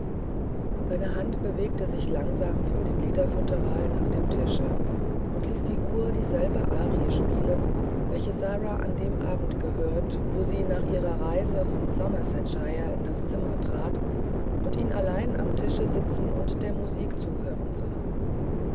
seine hand bewegte sich langsam von dem lederfutteral nach dem tische und ließ die uhr dieselbe arie spielen welche sara an dem abend gehört wo sie nach ihrer reise von somersetshire in das zimmer trat und ihn allein am tische sitzen und der musikzuhörensah